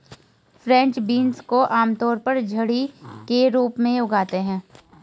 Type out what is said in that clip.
French beans को आमतौर पर झड़ी के रूप में उगाते है